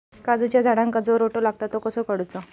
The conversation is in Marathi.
काजूच्या झाडांका जो रोटो लागता तो कसो काडुचो?